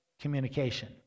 communication